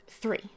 Three